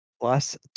Plus